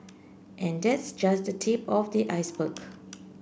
and that's just the tip of the iceberg